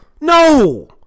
No